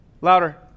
Louder